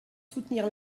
soutenir